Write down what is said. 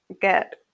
get